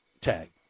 tag